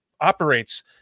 operates